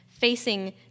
facing